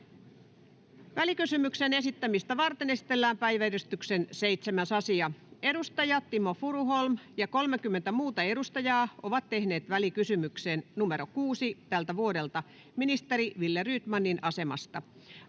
Välikysymyksen esittämistä varten esitellään päiväjärjestyksen 7. asia. Edustaja Timo Furuholm ja 30 muuta edustajaa ovat tehneet välikysymyksen VK 6/2024 vp ministeri Wille Rydmanin asemasta.